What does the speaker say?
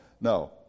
no